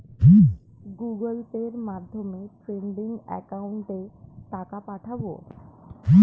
Google পের মাধ্যমে trading একাউন্টে টাকা পাঠাবো?